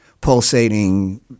pulsating